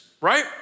right